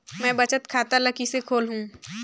मैं बचत खाता ल किसे खोलूं?